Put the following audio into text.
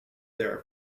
there